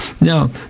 Now